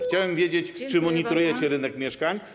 Chciałem wiedzieć, czy monitorujecie rynek mieszkań.